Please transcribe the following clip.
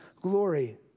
glory